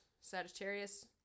sagittarius